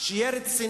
שהוא יהיה רציני,